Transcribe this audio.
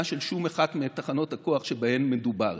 של אף אחת מתחנות הכוח שבהן מדובר.